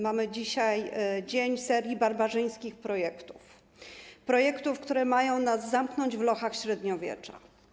Mamy dzisiaj dzień serii barbarzyńskich projektów, projektów, które mają nas zamknąć w lochach średniowiecza.